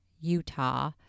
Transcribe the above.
Utah